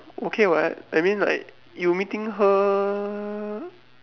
okay what I mean like you meeting her